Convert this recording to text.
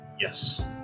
Yes